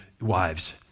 wives